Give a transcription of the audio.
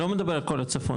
אני לא מדבר על כל הצפון,